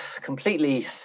completely